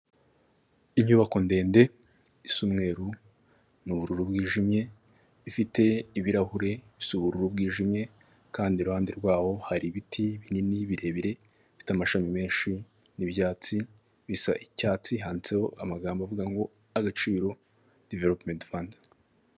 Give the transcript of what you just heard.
Inyubako ndende isa umweru n'ubururu bwijimye ifite ibirahure bisa ubururu bwijimye kandi iruhande rwabo hari ibiti binini birebire bifite amashami menshi n'ibyatsi bisa icyatsi handitseho amagambo avuga ngo Agaciro diveropumenti fandi.